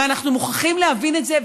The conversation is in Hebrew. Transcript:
אנחנו מוכרחים להבין את זה,